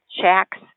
shacks